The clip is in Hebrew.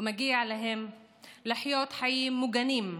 ומגיע להם לחיות חיים מוגנים,